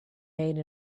made